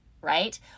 right